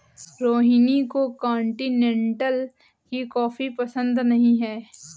रोहिणी को कॉन्टिनेन्टल की कॉफी पसंद नहीं है